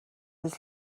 was